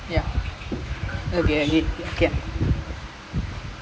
that clap sound ah I saw mosquito அடில:adila !oi!